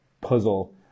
puzzle